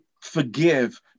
forgive